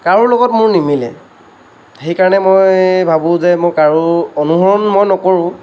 কাৰো লগত মোৰ নিমিলে সেইকাৰণে মই ভাবোঁ যে মই কাৰো অনুসৰণ মই নকৰোঁ